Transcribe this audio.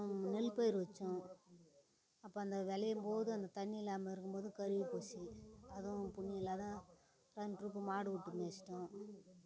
அப்புறம் நெல் பயிறு வச்சோம் அப்போ அந்த விளையும் போது அந்த தண்ணி இல்லாமல் இருக்கும் போது கருகி போச்சு அதுவும் புண்ணியோ இல்லாத தோ இந்த ட்ரிப்பு மாடுவிட்டு மேய்ச்சிட்டோம்